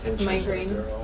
migraine